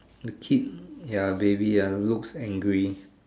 the kid ya baby ya looks angry